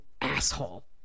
asshole